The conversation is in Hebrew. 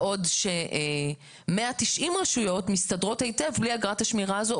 בעוד ש-190 רשויות מסתדרות היטב בלי אגרת השמירה הזאת,